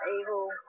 evil